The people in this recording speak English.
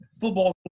football